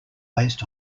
based